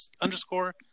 underscore